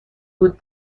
بود